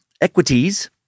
equities